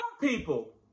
people